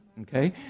Okay